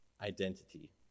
Identity